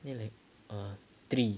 then he like err three